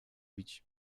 bić